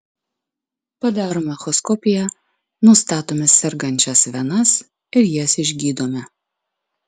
padarome echoskopiją nustatome sergančias venas ir jas išgydome